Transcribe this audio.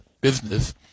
business